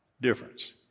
difference